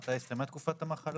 מתי הסתיימה תקופת המחלה,